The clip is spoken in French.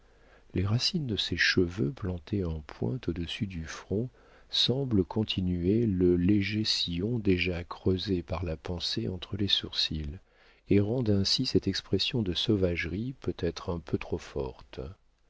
les racines de ses cheveux plantés en pointe au-dessus du front semblent continuer le léger sillon déjà creusé par la pensée entre les sourcils et rendent ainsi cette expression de sauvagerie peut-être un peu trop forte